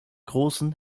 großen